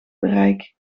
bereik